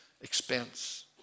expense